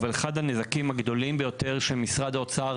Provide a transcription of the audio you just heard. אבל אחד הנזקים הגדולים ביותר שמשרד האוצר